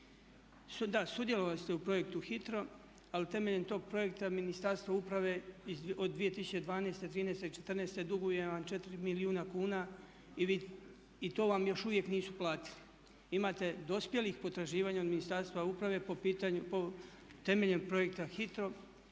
Da, sudjelovali se u projektu HITRO ali temeljem tog projekta Ministarstvo uprave od 2012., '13. i '14. duguje vam 4 milijuna kuna i to vam još uvijek nisu platili. Imate dospjelih potraživanja od Ministarstva uprave po pitanju, temeljem projekta HITRO